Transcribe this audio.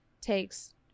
takes